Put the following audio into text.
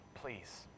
please